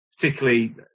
particularly